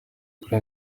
kuri